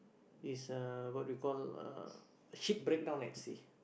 is uh what we call uh ship breakdown at sea